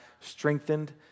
strengthened